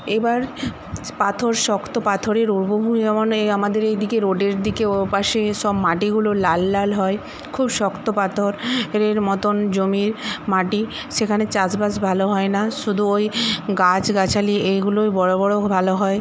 এবার পাথর শক্ত পাথরের আমাদের এইদিকে রোডের দিকে ওপাশে সব মাটিগুলো লাল লাল হয় খুব শক্ত পাথর এর মতন জমির মাটি সেখানে চাষবাস ভালো হয় না শুধু ওই গাছগাছালি এইগুলোই বড়ো বড়ো ভালো হয়